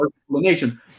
explanation